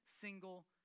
single